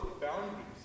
boundaries